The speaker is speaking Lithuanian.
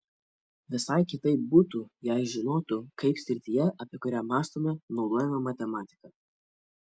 visai kitaip būtų jei žinotų kaip srityje apie kurią mąstoma naudojama matematika